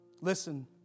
Listen